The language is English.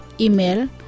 Email